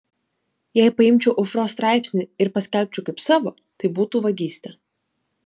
jei paimčiau aušros straipsnį ir paskelbčiau kaip savo tai būtų vagystė